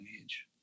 age